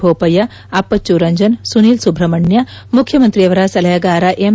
ಬೋಪಯ್ಯ ಅಪ್ಪಚ್ಚು ರಂಜನ್ ಸುನಿಲ್ ಸುಬ್ರಹ್ಮಣ್ಯ ಮುಖ್ಯಮಂತ್ರಿಯವರ ಸಲಹೆಗಾರ ಎಂ